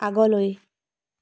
আগলৈ